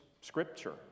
Scripture